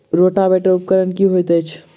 Rotavator उपकरण की हएत अछि?